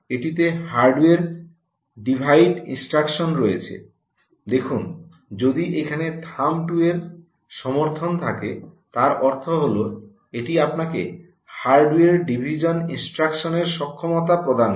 এটিতে hardware divide instruction রয়েছে দেখুন যদি এখানে থাম্ব 2 র সমর্থন থাকে তার অর্থ হলো এটি আপনাকে হার্ডওয়্যার ডিভিশন ইনস্ট্রাকশন এর সক্ষমতা প্রদান করে